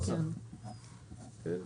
אה,